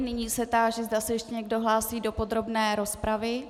Nyní se táži, zda se ještě někdo hlásí do podrobné rozpravy.